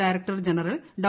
director general Dr